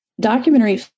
documentary